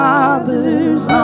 Father's